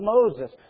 Moses